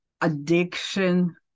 addiction